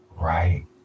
right